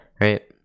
right